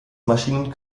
maschinen